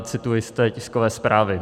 Cituji z té tiskové zprávy: